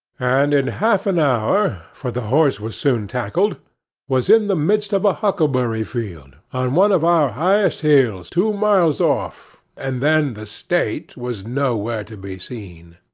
and in half an hour for the horse was soon tackled was in the midst of a huckleberry field, on one of our highest hills, two miles off, and then the state was nowhere to be seen.